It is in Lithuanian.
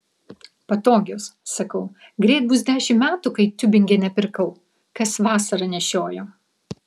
patogios sakau greit bus dešimt metų kai tiubingene pirkau kas vasarą nešioju